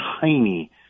tiny